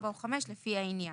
4 או 5 לפי העניין.